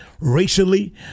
racially